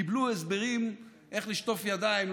הם קיבלו הסברים איך לשטוף ידיים,